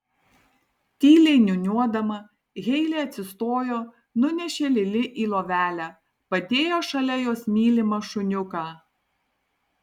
tyliai niūniuodama heilė atsistojo nunešė lili į lovelę padėjo šalia jos mylimą šuniuką